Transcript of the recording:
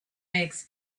makes